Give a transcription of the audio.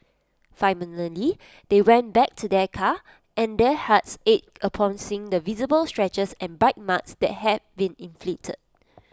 finally they went back to their car and their hearts ached upon seeing the visible scratches and bite marks that had been inflicted